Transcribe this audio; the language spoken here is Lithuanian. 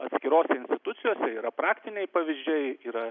atskirose institucijose yra praktiniai pavyzdžiai yra